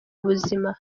ubuzima